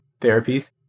therapies